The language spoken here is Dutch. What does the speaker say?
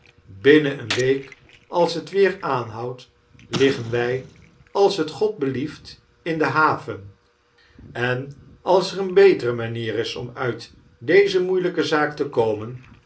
binnen eene week als dat weer aanboudt liggen wy als t god blieft in de haven en als er eene beteremanier is om nit deze moeielijke zaak te komen